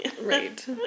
Right